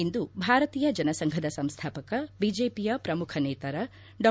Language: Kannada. ಇಂದು ಭಾರತೀಯ ಜನ ಸಂಘದ ಸಂಸ್ಥಾಪಕ ಬಿಜೆಪಿಯ ಪ್ರಮುಖ ನೇತಾರ ಡಾ